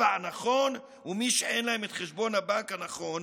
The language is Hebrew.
הנכון ומי שאין להם את חשבון הבנק הנכון